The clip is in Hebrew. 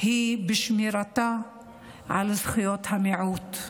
היא בשמירתה על זכויות המיעוט.